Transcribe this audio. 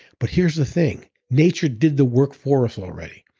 but here's the thing. nature did the work for us already.